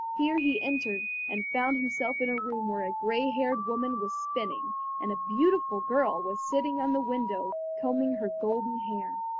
here he entered and found himself in a room where a gray-haired woman was spinning and a beautiful girl was sitting in the window combing her golden hair.